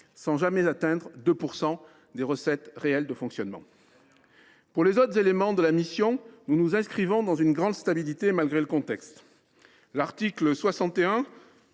sans jamais atteindre 2 % des recettes réelles de fonctionnement. Très bien ! Les autres éléments de la mission s’inscrivent dans une grande stabilité, malgré le contexte. L’article 61